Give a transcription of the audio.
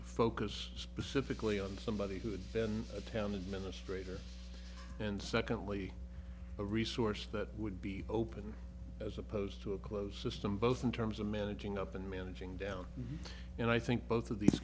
would focus specifically on somebody who had been a town administrator and secondly a resource that would be open as opposed to a closed system both in terms of managing up and managing down and i think both of these